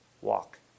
Walk